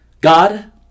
God